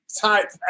type